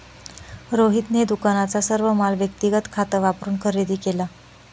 रोहितने दुकानाचा सर्व माल व्यक्तिगत खात वापरून खरेदी केला